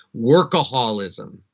workaholism